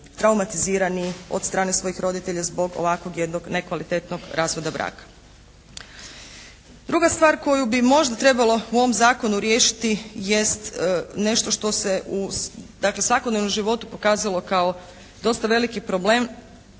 traumatizirani od strane svojih roditelja zbog ovakvog jednog nekvalitetnog razvoda braka. Druga stvar koju bi možda trebalo u ovom zakonu riješiti jest nešto što se dakle u svakodnevnom životu pokazalo kao dosta veliki problem